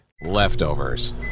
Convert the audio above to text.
Leftovers